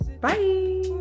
bye